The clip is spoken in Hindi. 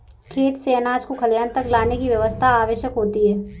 खेत से अनाज को खलिहान तक लाने की व्यवस्था आवश्यक होती है